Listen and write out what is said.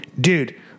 dude